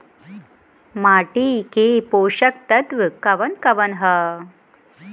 माटी क पोषक तत्व कवन कवन ह?